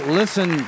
listen